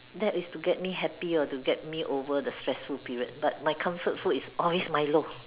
that is to get me happy or to get me over the stressful period but my comfort food is always Milo